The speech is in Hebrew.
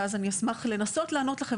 ואז אני אשמח לנסות לענות לכם,